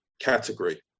category